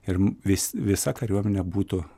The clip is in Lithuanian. ir vis visa kariuomenė būtų